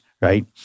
right